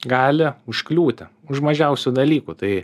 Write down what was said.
gali užkliūti už mažiausių dalykų tai